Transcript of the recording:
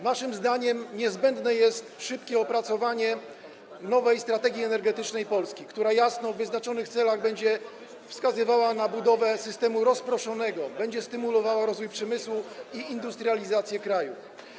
Naszym zdaniem niezbędne jest szybkie opracowanie nowej strategii energetycznej Polski, która jasno w wyznaczonych celach będzie wskazywała na budowę systemu rozproszonego, będzie stymulowała rozwój przemysłu i industrializację kraju.